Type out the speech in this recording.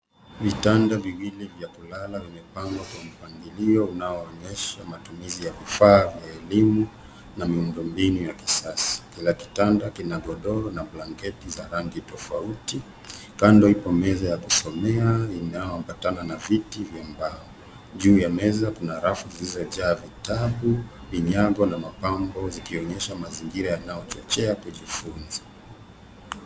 Vitanda viwili vya kulala imepangwa kwa mpangilio unaonyesha matumizi ya vifaa vya elimu na miundobinu ya kisasa. Kila kitanda kina godoro na blanketi za rangi tafauti. Kando iko meza ya kusomea inaoambatana na viti vya mbao juu ya meza kuna rafu zilizojaa vitabu vinyago na mapambo zikionyesha mazingira unaochochea kujifunza.